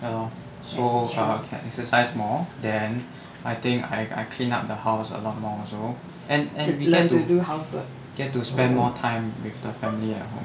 ya lor so err can exercise more then I think I I clean up the house a lot more also and and we tend to tend to spend more time with the family at home